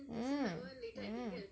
mm mm